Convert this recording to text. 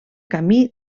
camí